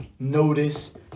Notice